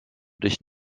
dich